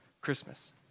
Christmas